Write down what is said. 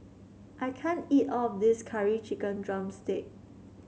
I can't eat all of this Curry Chicken drumstick